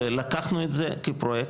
ולקחנו את זה כפרוייקט,